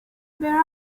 where